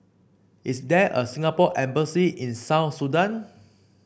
is there a Singapore Embassy in South Sudan